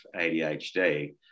ADHD